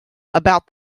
about